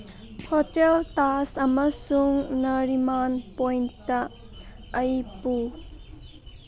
hotel Taj ꯑꯃꯁꯨꯡ Nariman Point ꯑꯩ ꯄꯨ